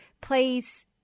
please